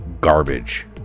garbage